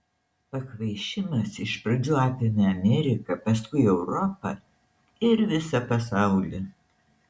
pakvaišimas iš pradžių apėmė ameriką paskui europą ir visą pasaulį